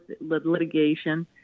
litigation